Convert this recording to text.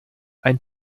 ein